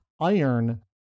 iron